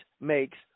makes